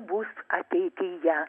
bus ateityje